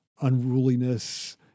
unruliness